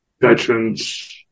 veterans